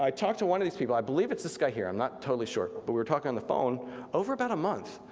talked to one of these people, i believe it's this guy here, i'm not totally sure. but we were talking on the phone over about a month,